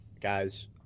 guys